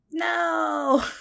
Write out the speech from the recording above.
No